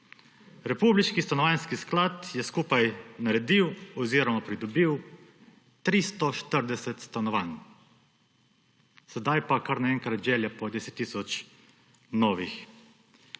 Republiški Stanovanjski sklad je skupaj naredil oziroma pridobil 340 stanovanj. Sedaj pa kar naenkrat želja po 10 tisoč novih.